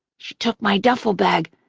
she took my duffel bag,